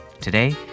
Today